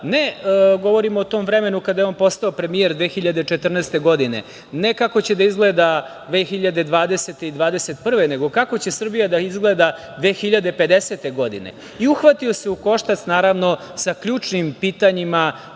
ne govorim o tom vremenu kada je on postao premijer 2014. godine, ne kako će da izgleda 2020. i 2021. godine, nego kako će Srbija da izgleda 2050. godine, i uhvatio se u koštac sa ključnim pitanjima